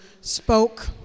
spoke